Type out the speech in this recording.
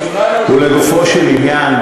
ולגופו של עניין,